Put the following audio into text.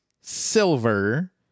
silver